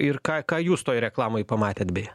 ir ką ką jūs toj reklamoj pamatėt beje